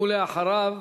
ואחריו,